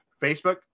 Facebook